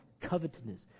covetousness